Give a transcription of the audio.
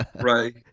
Right